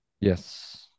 Yes